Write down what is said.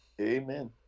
Amen